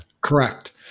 correct